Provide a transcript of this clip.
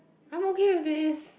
I'm okay with this